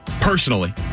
personally